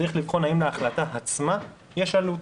צריך לבחון האם להחלטה עצמה יש עלות.